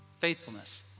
Faithfulness